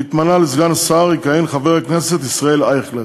שהתמנה לסגן שר, יכהן חבר הכנסת ישראל אייכלר.